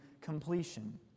completion